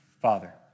father